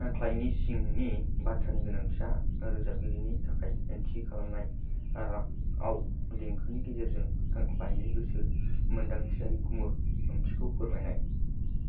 ख्लायनि सिंनि बाथ्रानि गोनांथिया रोजाबगिरिनि थाखाय थि खालामखानाय रागआव देंखोनि गेजेरजों ख्यालनि गोसो मोन्दांथियारि गुमुर ओंथिखौ फोरमायनाय